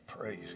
Praise